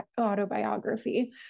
autobiography